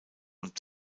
und